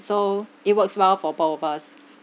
so it works well for both of us